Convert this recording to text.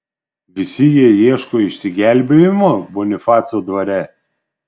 visi jie ieško išsigelbėjimo bonifaco dvare